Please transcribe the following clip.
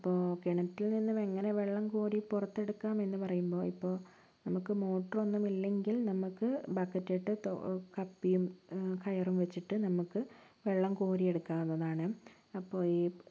അപ്പോൾ കിണറ്റിൽ നിന്ന് എങ്ങനെ വെള്ളം കോരി പുറത്തെടുക്കാമെന്ന് പറയുമ്പോൾ ഇപ്പോൾ നമുക്ക് മോട്ടർ ഒന്നും ഇല്ലങ്കിൽ നമുക്ക് ബക്കറ്റ് ഇട്ട് തോ കപ്പിയും കയറും വച്ചിട്ട് നമുക്ക് വെള്ളം കോരി എടുക്കാവുന്നതാണ് അപ്പോൾ ഈ